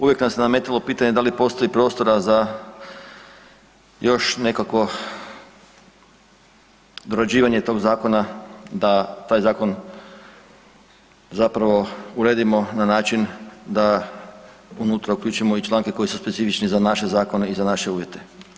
Uvijek nam se nametalo pitanje da li postoji prostora za još nekakvo dorađivanje toga zakona da taj zakon zapravo uredimo na način da unutra uključimo i članke koji su specifični za naše zakone i za naše uvjete?